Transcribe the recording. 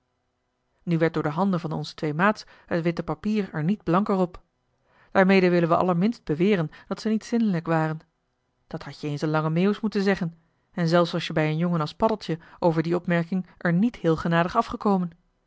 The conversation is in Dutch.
nu werd door de handen van onze twee maats het witte papier er niet blanker op daarmede willen we allerminst beweren dat ze niet zindelijk waren dat had-je eens aan lange meeuwis moeten zeggen en zelfs was je bij een jongen als paddeltje over die opmerking er niet heel genadig afgekomen